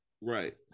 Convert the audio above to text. Right